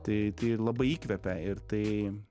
tai tai labai įkvepia ir tai